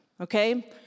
Okay